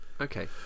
okay